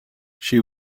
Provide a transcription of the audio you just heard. she